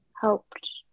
helped